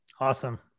Awesome